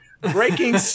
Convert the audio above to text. breaking